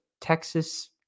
Texas